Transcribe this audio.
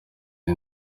iyo